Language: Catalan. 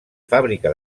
fàbrica